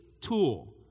tool